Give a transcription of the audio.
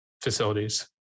facilities